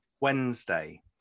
wednesday